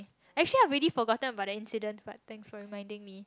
actually I've already forgotten about that incident but thanks for reminding me